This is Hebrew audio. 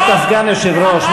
היית סגן יושב-ראש,